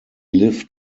lived